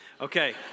Okay